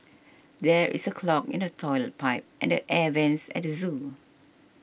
there is a clog in the Toilet Pipe and the Air Vents at the zoo